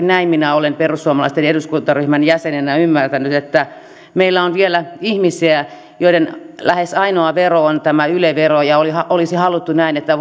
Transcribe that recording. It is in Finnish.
näin minä olen perussuomalaisten eduskuntaryhmän jäsenenä ymmärtänyt että meillä on vielä ihmisiä joiden lähes ainoa vero on tämä yle vero ja olisi haluttu näin että